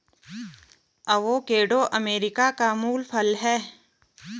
avocado America का मूल फल है